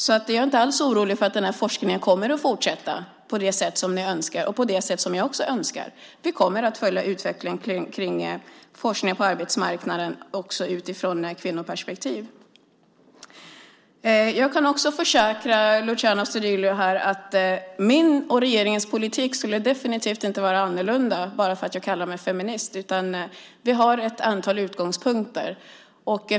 Jag är alltså inte alls orolig för att den här forskningen inte skulle komma att fortsätta på det sätt som ni önskar, och på det sätt som jag också önskar. Vi kommer att följa utvecklingen kring forskningen på arbetsmarknaden också utifrån ett kvinnoperspektiv. Jag kan också försäkra Luciano Astudillo att min och regeringens politik definitivt inte skulle vara annorlunda om jag kallade mig feminist. Vi har ett antal utgångspunkter.